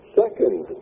second